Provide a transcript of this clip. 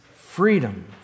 freedom